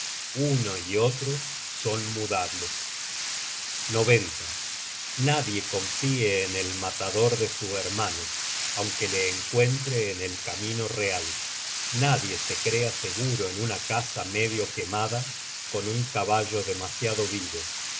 uno y otro son mudables nadie confie en el matador de su hermano aunque le encuentre en el camino real nadie se crea seguro en una casa medio quemada con un caballo demasiado vivo